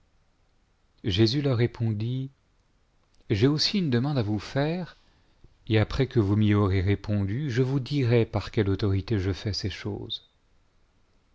jésus leur répondit j'ai aussi une demande à vous faire et après que vous m'y aurez répondu je vous dirai par quelle autorité je fais ces choses